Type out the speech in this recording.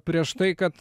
prieš tai kad